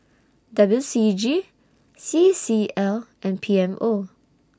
W C G C C L and P M O